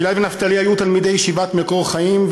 גיל-עד ונפתלי היו תלמידי ישיבת "מקור חיים",